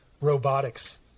robotics